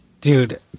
dude